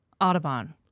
Audubon